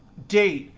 date,